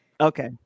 okay